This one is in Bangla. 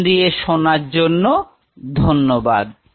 মন দিয়ে শোনার জন্য ধন্যবাদ